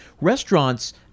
restaurants